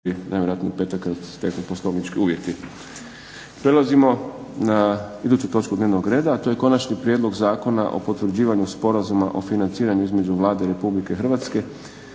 **Šprem, Boris (SDP)** Prelazimo na iduću točku dnevnog reda, a to je - Konačni prijedlog Zakona o potvrđivanju Sporazuma o financiranju između Vlade Republike Hrvatske